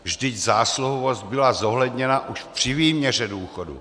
Vždyť zásluhovost byla zohledněna už při výměře důchodu.